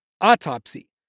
Autopsy